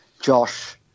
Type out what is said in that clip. Josh